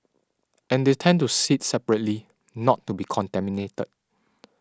and they tend to sit separately not to be contaminated